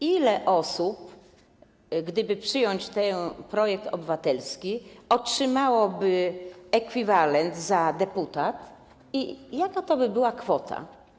Ile osób, gdyby przyjąć ten projekt obywatelski, otrzymałoby ekwiwalent za deputat i jaka to by była kwota?